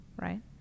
right